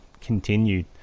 continued